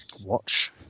watch